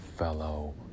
fellow